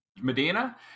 Medina